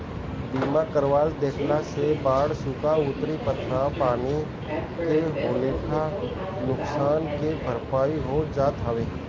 बीमा करवा देहला से बाढ़ सुखा अउरी पत्थर पानी से होखेवाला नुकसान के भरपाई हो जात हवे